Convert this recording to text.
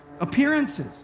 appearances